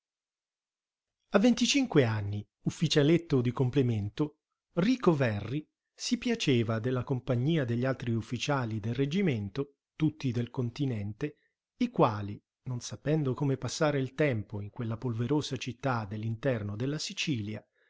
a venticinque anni ufficialetto di complemento rico verri si piaceva della compagnia degli altri ufficiali del reggimento tutti del continente i quali non sapendo come passare il tempo in quella polverosa città dell'interno della sicilia